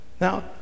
Now